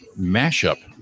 mashup